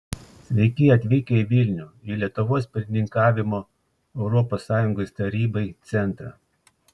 sveiki atvykę į vilnių į lietuvos pirmininkavimo europos sąjungos tarybai centrą